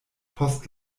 post